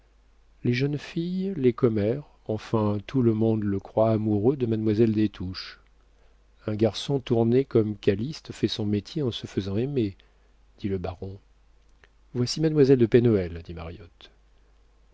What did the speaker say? les jeunes filles les commères enfin tout le monde le croit amoureux de mademoiselle des touches un garçon tourné comme calyste fait son métier en se faisant aimer dit le baron voici mademoiselle de pen hoël dit mariotte